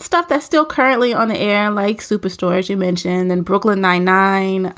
stuff that's still currently on the air, like super, as you mentioned, and brooklyn nine-nine.